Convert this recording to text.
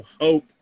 hope